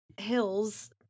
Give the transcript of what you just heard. Hills